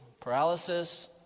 paralysis